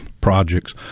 projects